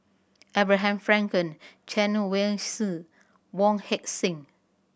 Abraham Frankel Chen Wen Hsi Wong Heck Sing